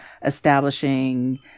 Establishing